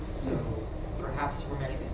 so perhaps hormetic